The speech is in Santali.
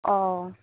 ᱚᱻ